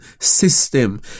system